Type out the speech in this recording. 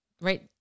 right